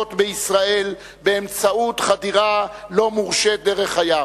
להתגרות בישראל באמצעות חדירה לא מורשית דרך הים.